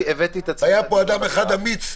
את עצמי --- היה פה אדם אחד אמיץ,